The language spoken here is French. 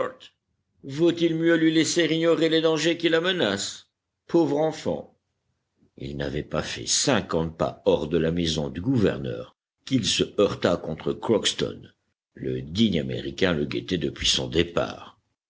vaut-il mieux lui laisser ignorer les dangers qui la menacent pauvre enfant il n'avait pas fait cinquante pas hors de la maison du gouverneur qu'il se heurta contre crockston le digne américain le guettait depuis son départ